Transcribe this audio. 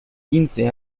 quince